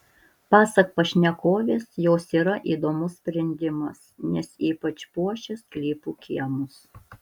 pasak pašnekovės jos yra įdomus sprendimas nes ypač puošia sklypų kiemus